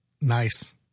Nice